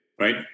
right